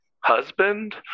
husband